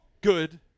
good